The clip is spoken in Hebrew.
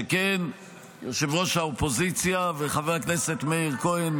שכן ראש האופוזיציה וחבר הכנסת מאיר כהן,